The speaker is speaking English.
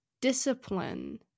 discipline